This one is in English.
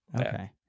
Okay